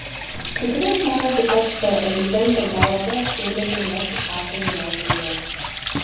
kai kurie žmonės tiesiog savo egzistencija geba praskaidrinti net ir pačią niūriausią dieną